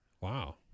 Wow